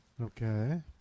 Okay